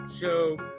Show